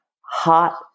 hot